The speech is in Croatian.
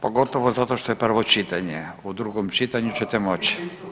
Pogotovo zato što je prvo čitanje, u drugom čitanju ćete moći.